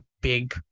big